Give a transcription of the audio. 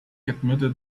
admitted